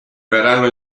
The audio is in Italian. verranno